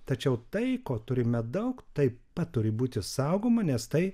tačiau tai ko turime daug taip pat turi būti saugoma nes tai